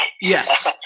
Yes